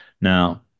Now